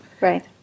Right